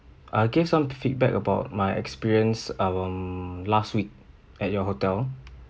uh give some feedback about my experience um last week at your hotel